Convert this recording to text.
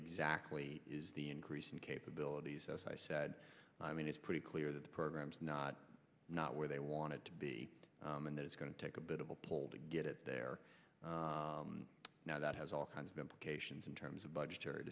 exactly is the increase in capabilities as i said i mean it's pretty clear that the programs not not where they wanted to be and that it's going to take a bit of a pull to get it there now that has all kinds of implications in terms of budgetary